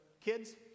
kids